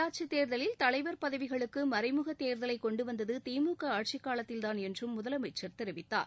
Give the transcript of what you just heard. உள்ளாட்சி தேர்தலில் தலைவர் பதவிகளுக்கு மறைமுக தேர்தலை கொண்டு வந்தது திமுக ஆட்சிக்காலத்தின்தான் என்று முதலமைச்சர் தெரிவித்தார்